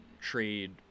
trade